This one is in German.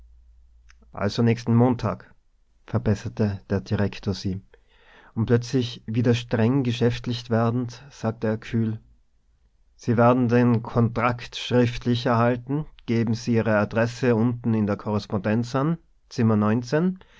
also nächsten montag verbesserte der direktor sie und plötzlich wieder streng geschäftlich werdend sagte er kühl sie werden den kontrakt schriftlich erhalten geben sie ihre adresse unten in der